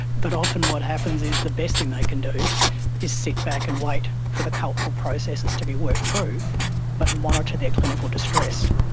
but often what happens is the best thing they can do is sit back and wait for the cultural processes to be worked through but monitor their clinical distress.